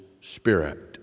spirit